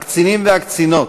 הקצינים והקצינות,